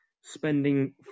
spending